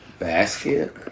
Basket